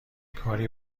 کاری